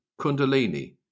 Kundalini